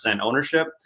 ownership